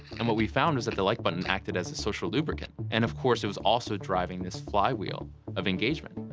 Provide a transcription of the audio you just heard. and what we found was that the like button acted as a social lubricant. and, of course, it was also driving this flywheel of engagement,